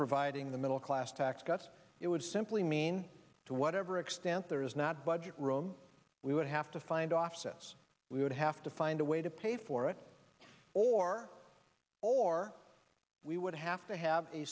providing the middle class tax cuts it would simply mean to whatever extent there is not budget room we would have to find offsets we would have to find a way to pay for it or or we would have to have a